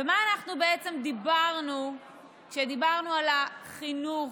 ומה אנחנו בעצם דיברנו כשדיברנו על החינוך